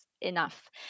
enough